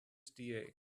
diet